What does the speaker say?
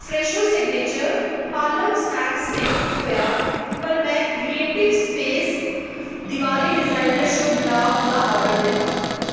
Fresho signature palak snack sticks थ्होआ पर में creative space Diwali designer Shubh Labh दा आर्डर दित्ता